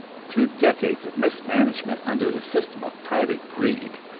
through decades of mismanagement under the system of private greed,